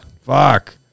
fuck